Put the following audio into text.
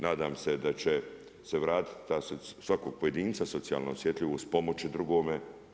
Nadam se da će se vratiti svakog pojedinca socijalna osjetljivost pomoći drugome.